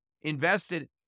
invested